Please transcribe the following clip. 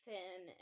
Finn